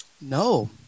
No